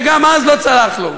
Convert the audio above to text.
וגם אז לא צלח בידו.